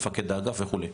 מפקד האגף וכדומה.